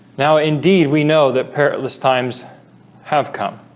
now indeed we know that perilous times have come